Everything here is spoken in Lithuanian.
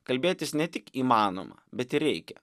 kalbėtis ne tik įmanoma bet ir reikia